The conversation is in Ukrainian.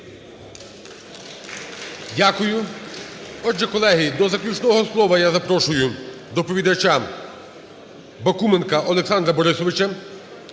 Дякую. Отже, колеги, до заключного слова я запрошую доповідача Бакуменка Олександра Борисовича.